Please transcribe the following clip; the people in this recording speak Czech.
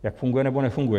Jak funguje nebo nefunguje.